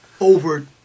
over